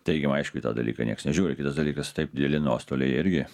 teigiamai aišku į tą dalyką nieks nežiūri kitas dalykas taip dideli nuostoliai irgi